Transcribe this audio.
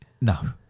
No